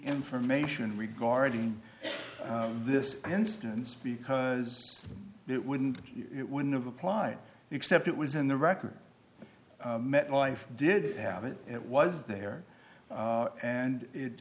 information regarding this instance because it wouldn't it wouldn't have applied except it was in the record metlife did have it it was there and it